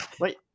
Wait